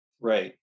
right